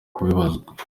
kubibazwa